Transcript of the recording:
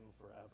forever